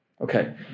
Okay